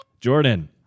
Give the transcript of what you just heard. jordan